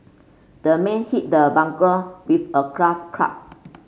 the man hit the burglar with a club